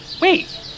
Wait